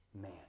man